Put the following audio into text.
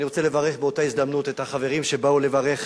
אני רוצה לברך באותה הזדמנות את החברים שבאו לברך